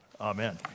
Amen